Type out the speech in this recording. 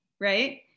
right